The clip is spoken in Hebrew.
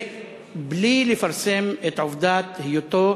ובלי לפרסם את עובדת היותו